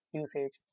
usage